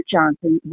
Johnson